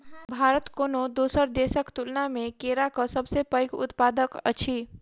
भारत कोनो दोसर देसक तुलना मे केराक सबसे पैघ उत्पादक अछि